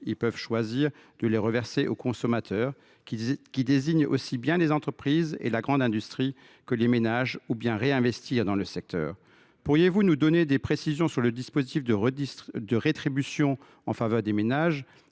ils peuvent choisir de les reverser aux consommateurs, qui désignent aussi bien les entreprises et la grande industrie que les ménages, ou bien réinvestir dans le secteur. Pourriez vous nous donner des précisions sur le dispositif de redistribution en faveur des ménages,